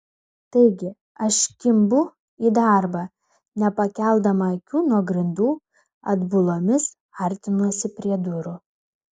taigi aš kimbu į darbą nepakeldama akių nuo grindų atbulomis artinuosi prie durų